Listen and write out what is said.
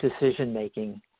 decision-making